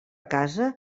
casa